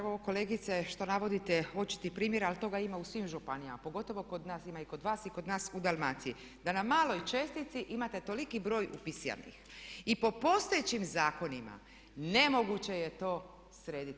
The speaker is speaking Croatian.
Evo kolegice, što navodite očiti primjer, ali toga ima u svim županijama, pogotovo kod nas, ima i kod vas i kod nas u Dalmaciji, da na maloj čestici imate toliki broj upisanih i po postojećim zakonima nemoguće je to srediti.